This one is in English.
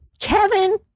Kevin